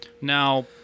Now